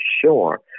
sure